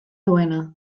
duena